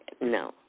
No